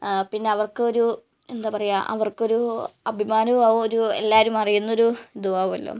പിന്നെ അവർക്കൊരു എന്താ പറയുക അവര്ക്കൊരൂ അഭിമാനവും ആകും ഒരൂ എല്ലാവരും അറിയുന്നൊരു ഇതുമാകുമല്ലോ